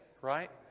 right